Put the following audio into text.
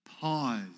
Pause